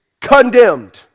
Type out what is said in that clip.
condemned